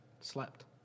slept